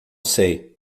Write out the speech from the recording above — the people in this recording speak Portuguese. sei